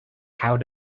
how